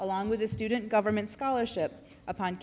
along with the student government scholarship upon